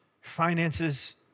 finances